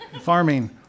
Farming